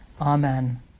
Amen